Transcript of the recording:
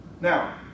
Now